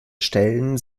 stellen